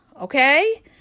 okay